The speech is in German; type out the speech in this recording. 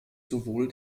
sowohl